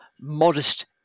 modest